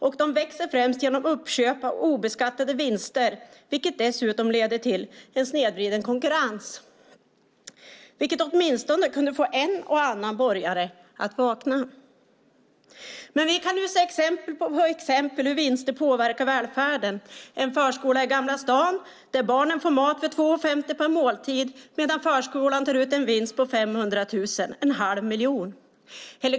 Och de växer främst genom uppköp av obeskattade vinster, vilket dessutom leder till en snedvriden konkurrens. Det kunde få åtminstone en och annan borgare att vakna. Vi kan nu se exempel på exempel på hur vinster påverkar välfärden. I en förskola i Gamla Stan får barnen mat för 2:50 per måltid, medan förskolan tar ut en vinst på 500 000, en halv miljon.